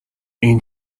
این